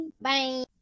bye